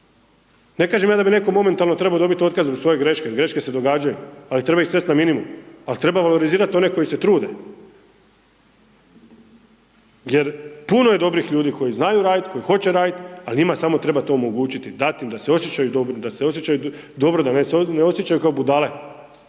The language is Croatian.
Ne kažem ja da bi netko momentalno trebao dobiti otkaz zbog svoje greške, greške se događaju, ali treba ih svesti na minimum, ali treba valorizirati one koji se trude jer puno je dobrih ljudi koji znaju radit, koji hoće radit, ali njima samo treba to omogućit, dati im da se osjećaju dobrim, da se osjećaju dobro,